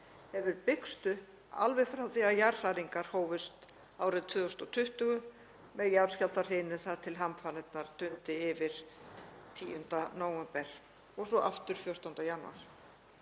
hefur byggst upp alveg frá því að jarðhræringar hófust árið 2020 með jarðskjálftahrinu og þar til hamfarirnar dundu yfir 10. nóvember og svo aftur 14. janúar.